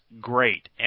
great